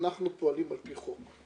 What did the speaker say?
אנחנו פועלים על פי חוק.